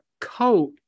coat